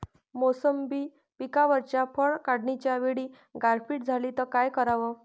मोसंबी पिकावरच्या फळं काढनीच्या वेळी गारपीट झाली त काय कराव?